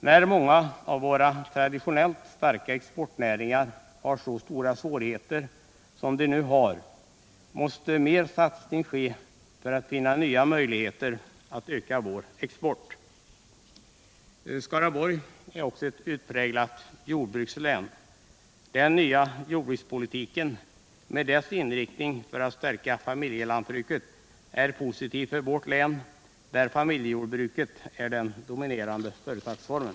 När många av våra traditionellt starka exportnäringar har så stora svårigheter som de nu har, måste mer satsning ske för att finna nya möjligheter att öka vår export. Skaraborg är också ett utpräglat jordbrukslän. Den nya jordbrukspolitiken med dess inriktning på att stärka familjelantbruket är positiv för vårt län där familjejordbruket är den dominerande företagsformen.